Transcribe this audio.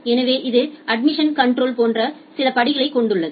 எனவே இது அட்மிஷன் கன்ட்ரோல போன்ற சில படிகளைக் கொண்டுள்ளது